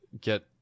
get